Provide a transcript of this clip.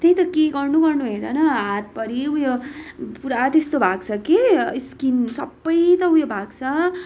त्यही त के गर्नु गर्नु हेर न हातभरि उयो पुरा त्यस्तो भएको छ कि स्किन सबै त उयो भएको छ